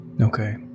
Okay